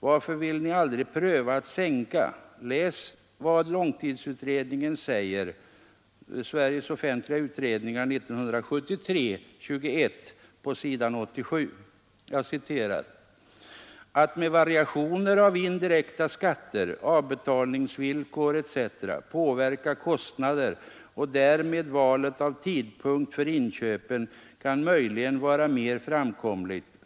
Varför vill ni aldrig pröva att sänka? Läs vad långtidsutredningen säger på s. 87 i sitt betänkande SOU 1973:21: påverka kostnader och därmed valet av tidpunkt för inköpen kan möjligen vara mer framkomligt.